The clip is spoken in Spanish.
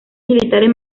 militares